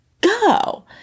Go